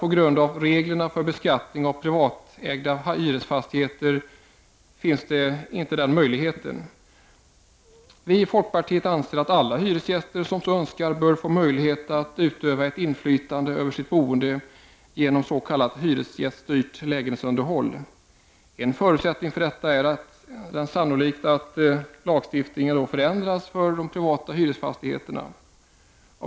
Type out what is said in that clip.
På grund av reglerna för beskattning av privatägda hyresfastigheter finns där inte den möjligheten. Vi i folkpartiet anser att alla hyresgäster som så önskar bör få möjlighet att utöva ett inflytande över sitt boende genom s.k. hyresgäststyrt lägenhetsunderhåll. En förutsättning för detta är sannolikt att lagstiftningen förändras för de privata hyresfastigheterna.